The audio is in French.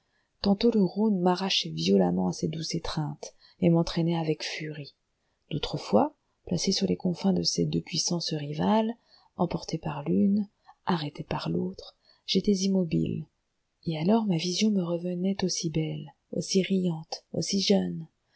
tantôt le rhône m'arrachait violemment à ces douces étreintes et m'entraînait avec furie d'autres fois placé sur les confins de ces deux puissances rivales emporté par l'une arrêté par l'autre j'étais immobile et alors ma vision me revenait aussi belle aussi riante aussi jeune